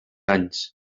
anys